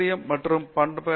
பேராசிரியர் பி